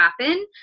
happen